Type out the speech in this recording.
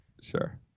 sure